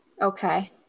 Okay